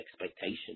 expectation